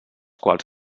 quals